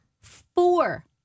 four